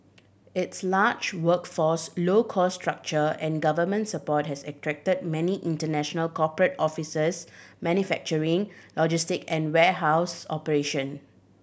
its large workforce low cost structure and government support has attracted many international corporate officers manufacturing logistic and warehouse operation